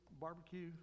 barbecue